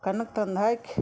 ಕಣಕ್ಕೆ ತಂದು ಹಾಕಿ